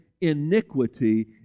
iniquity